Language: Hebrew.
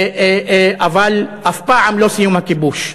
אבל אף פעם לא סיום הכיבוש.